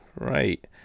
right